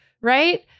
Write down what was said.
right